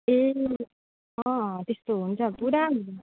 ए अँ त्यस्तो हुन्छ पुरा हुन्छ